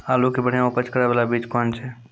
आलू के बढ़िया उपज करे बाला बीज कौन छ?